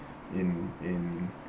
in in